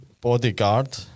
bodyguard